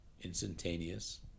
instantaneous